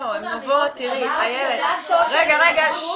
הן מטופלות ויטופלו אבל אין מצב כזה.